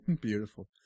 Beautiful